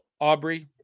Aubrey